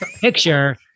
picture